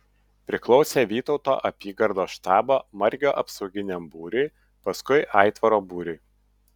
priklausė vytauto apygardos štabo margio apsauginiam būriui paskui aitvaro būriui